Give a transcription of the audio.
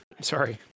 Sorry